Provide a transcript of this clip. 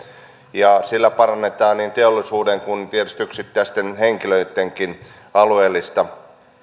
ja sillä parannetaan niin teollisuuden kuin tietysti yksittäisten henkilöittenkin alueellista